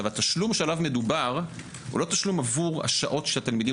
התשלום שעליו מדובר הוא לא תשלום עבור השעות שהתלמידים